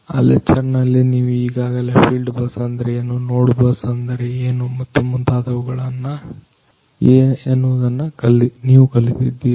ಆ ಲೆಕ್ಚರ್ ನಲ್ಲಿ ನೀವು ಈಗಾಗಲೇ ಫೀಲ್ಡ್ ಬಸ್ ಅಂದರೆ ಏನು ನೋಡ್ ಬಸ್ ಅಂದರೆ ಏನು ಮತ್ತು ಮುಂತಾದವುಗಳನ್ನು ಎನ್ನುವುದನ್ನು ನೀವು ಕಲಿತಿದ್ದೀರಿ